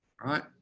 right